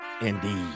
Indeed